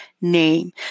name